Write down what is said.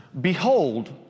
Behold